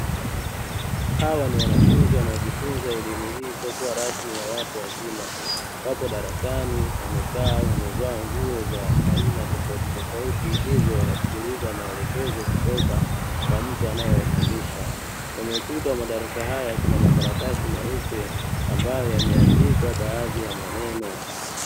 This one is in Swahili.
Hawa ni wanafunzi wanaojifunza elimu hii isiyokuwa rasmi ya watu wazima; wako darasani wamekaa, wamevaa nguo za aina tofauti tofauti hivyo wanasikiliza maelekezo kutoka kwa mtu anayewafundisha. Kwenye ukuta wa madarasa haya kuna makaratasi meupe ambayo yameandikwa baadhi ya maneno.